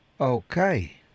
Okay